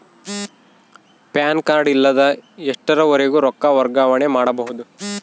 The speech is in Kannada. ಪ್ಯಾನ್ ಕಾರ್ಡ್ ಇಲ್ಲದ ಎಷ್ಟರವರೆಗೂ ರೊಕ್ಕ ವರ್ಗಾವಣೆ ಮಾಡಬಹುದು?